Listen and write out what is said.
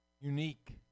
unique